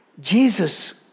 Jesus